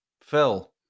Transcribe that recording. Phil